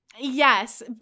Yes